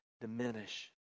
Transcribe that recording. diminish